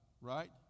right